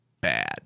bad